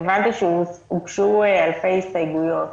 הבנתי שהוגשו אלפי הסתייגויות